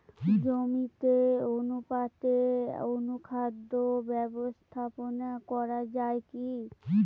জমিতে অনুপাতে অনুখাদ্য ব্যবস্থাপনা করা য়ায় কি?